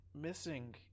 missing